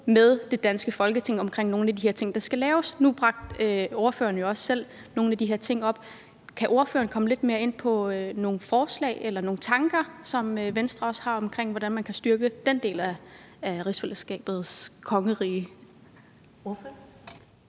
med det danske Folketing omkring nogle af de ting, der skal laves, og nu bragte ordføreren jo også selv nogle af de her ting op. Kan ordføreren komme lidt mere ind på nogle forslag eller nogle tanker, som Venstre også har omkring, hvordan man kan styrke den del af rigsfællesskabet, kongeriget?